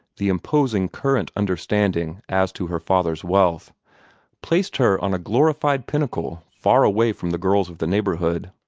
the imposing current understanding as to her father's wealth placed her on a glorified pinnacle far away from the girls of the neighborhood.